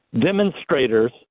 demonstrators